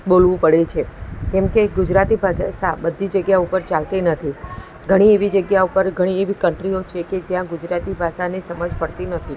બોલવું પડે છે કેમ કે ગુજરાતી ભા ષા બધી જગ્યા ઉપર ચાલતી નથી ઘણી એવી જગ્યાઓ પર ઘણી કન્ટ્રીઓ છે કે જ્યાં ગુજરાતી ભાષાની સમજ પડતી નથી